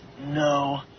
No